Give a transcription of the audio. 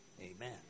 amen